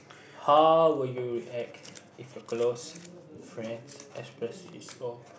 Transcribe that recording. how would you react if your close friend express is O